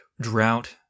drought